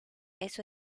eso